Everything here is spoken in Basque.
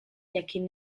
jakin